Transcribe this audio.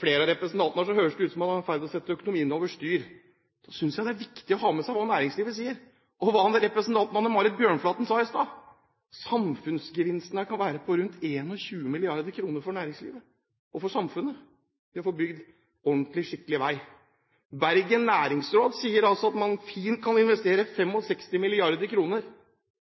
flere av representantene her, høres det ut som om man er i ferd med å sette økonomien over styr. Da synes jeg det er viktig å ha med seg hva næringslivet sier, og hva representanten Anne Marit Bjørnflaten sa i sted: Samfunnsgevinsten kan være på rundt 21 mrd. kr for næringslivet og samfunnet ved å få bygd ordentlig og skikkelig vei. Bergen Næringsråd sier at man fint kan investere